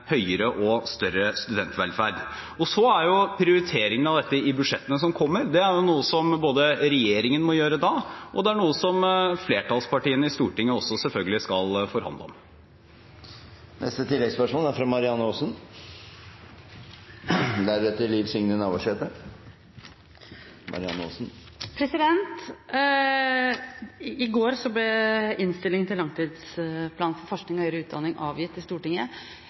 studentvelferd. Prioriteringen av dette i budsjettene som kommer, er noe som regjeringen må gjøre, og som flertallspartiene i Stortinget selvfølgelig også skal forhandle om. Marianne Aasen – til oppfølgingsspørsmål. I går ble innstillingen til Meld. St. 7 for 2014–2015, Langtidsplan for forskning og høyere utdanning, avgitt i Stortinget.